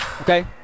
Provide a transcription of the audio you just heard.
okay